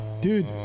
dude